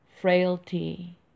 frailty